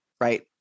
right